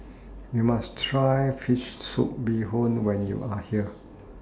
YOU must Try Fish Soup Bee Hoon when YOU Are here